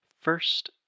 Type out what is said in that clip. First